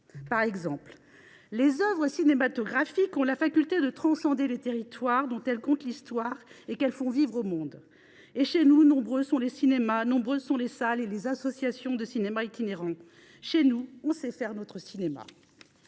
à Cabourg. Les œuvres cinématographiques ont la faculté de transcender les territoires dont elles content l’histoire et qu’elles font vivre au monde. Et, chez nous, nombreux sont les cinémas, nombreuses sont les salles et les associations de cinéma itinérant. Chez nous, on sait « faire notre cinéma